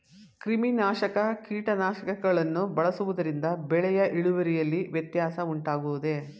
ಕ್ರಿಮಿನಾಶಕ ಕೀಟನಾಶಕಗಳನ್ನು ಬಳಸುವುದರಿಂದ ಬೆಳೆಯ ಇಳುವರಿಯಲ್ಲಿ ವ್ಯತ್ಯಾಸ ಉಂಟಾಗುವುದೇ?